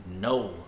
No